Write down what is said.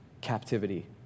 Captivity